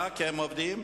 כמה כאלה יש?